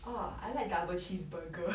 oh I like double cheese burger